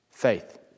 Faith